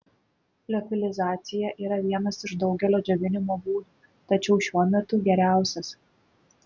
liofilizacija yra vienas iš daugelio džiovinimo būdų tačiau šiuo metu geriausias